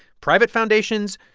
private foundations,